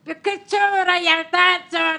בקיצור, הילדה הזאת,